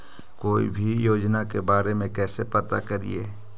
कोई भी योजना के बारे में कैसे पता करिए?